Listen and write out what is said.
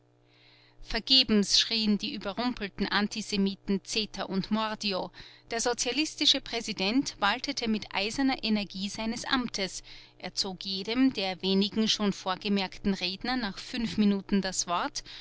vergebens schrieen die überrumpelten antisemiten zeter und mordio der sozialistische präsident waltete mit eiserner energie seines amtes entzog jedem der wenigen schon vorgemerkten redner nach fünf minuten das wort